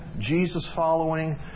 Jesus-following